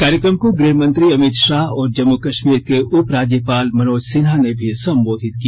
कार्यक्रम को गृहमंत्री अमित शाह और जम्मू कश्मीर के उपराज्यपाल मनोज सिन्हा ने भी संबोधित किया